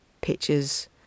pictures